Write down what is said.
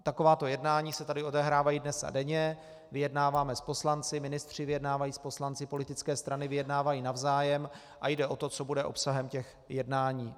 Takováto jednání se tady odehrávají dnes a denně, vyjednáváme s poslanci, ministři vyjednávají s poslanci, politické strany vyjednávají navzájem a jde o to, co bude obsahem těch jednání.